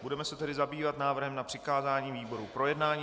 Budeme se tedy zabývat návrhem na přikázání výborům k projednání.